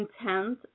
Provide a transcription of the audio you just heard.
Intense